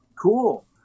cool